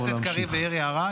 חבר הכנסת קריב העיר הערה.